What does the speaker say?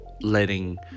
letting